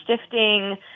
shifting